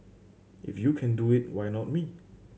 if you can do it why not me